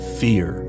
fear